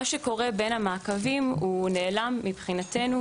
מה שקורה בין המעקבים, הוא נעלם מבחינתנו